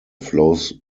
flows